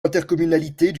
intercommunalités